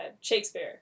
Shakespeare